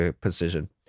position